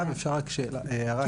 מירב אפשר רק שאלה קטנה?